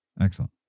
Excellent